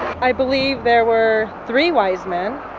i believe there were three wise men.